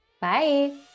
Bye